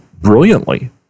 brilliantly